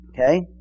Okay